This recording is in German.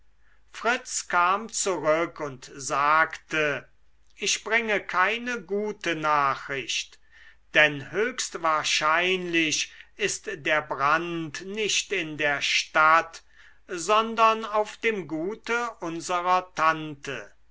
fritz kam zurück und sagte ich bringe keine gute nachricht denn höchstwahrscheinlich ist der brand nicht in der stadt sondern auf dem gute unserer tante